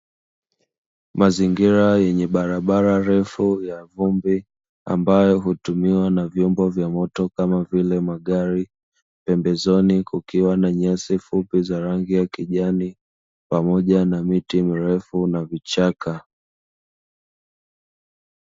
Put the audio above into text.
Mazingira yenye barabara refu ya vumbi ambayo hutumiwa na vyombo vya moto kama vile magari, pembezoni kukiwa na nyasi fupi za rangi ya kijani pamoja na miti mirefu na vichaka.